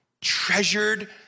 treasured